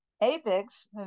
APEX